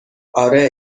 آره